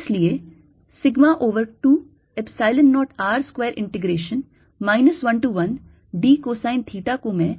इसलिए sigma over 2 Epsilon 0 R square integration minus 1 to 1 d cosine theta को मैं